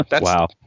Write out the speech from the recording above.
Wow